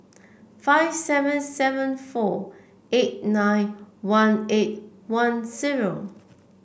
five seven seven four eight nine one eight one zero